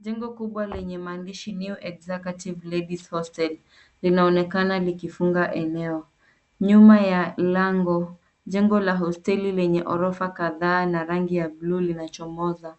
Jengo kubwa lenye maandishi New Executive Ladies Hostel, linaonekana likifunga eneo. Nyuma ya lango, jengo la hosteli lenye horofa kadhaa na rangi ya buluu linachomoza.